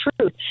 truth